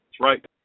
right